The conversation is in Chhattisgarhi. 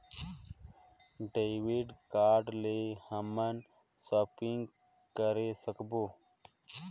डेबिट कारड ले हमन शॉपिंग करे सकबो?